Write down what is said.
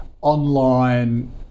online